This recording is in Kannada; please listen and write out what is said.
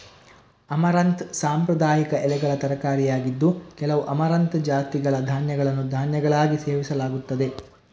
ಅಮರಂಥ್ ಸಾಂಪ್ರದಾಯಿಕ ಎಲೆಗಳ ತರಕಾರಿಯಾಗಿದ್ದು, ಕೆಲವು ಅಮರಂಥ್ ಜಾತಿಗಳ ಧಾನ್ಯಗಳನ್ನು ಧಾನ್ಯಗಳಾಗಿ ಸೇವಿಸಲಾಗುತ್ತದೆ